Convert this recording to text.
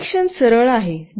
connection सरळ आहे